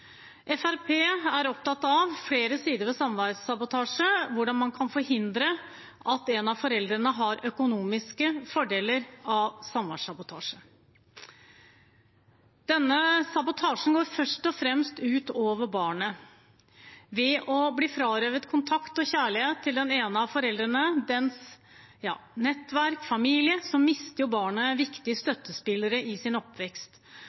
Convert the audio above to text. Fremskrittspartiet er opptatt av flere sider ved samværsabotasje, hvordan man kan forhindre at en av foreldrene har økonomiske fordeler av samværsabotasje. Denne sabotasjen går først og fremst ut over barnet. Ved å bli frarøvet kontakt med og kjærlighet fra en av foreldrene, dens nettverk og familie, mister barnet viktige støttespillere i sin oppvekst,